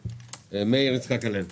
מאיר יצחק הלוי.